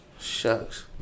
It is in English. Shucks